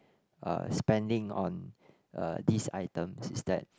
uh spending on uh this item is that